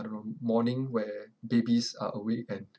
I don't know morning where babies are awake and